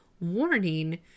warning